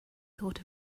thought